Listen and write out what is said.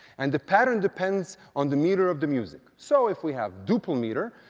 and the pattern depends on the meter of the music. so if we have duple meter,